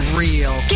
real